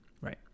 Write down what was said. Right